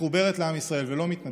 מחוברת לעם ישראל ולא מתנתקת,